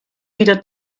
wieder